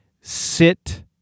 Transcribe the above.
sit